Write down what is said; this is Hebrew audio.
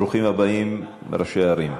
ברוכים הבאים, ראשי הערים.